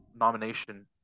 nomination